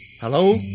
Hello